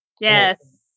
Yes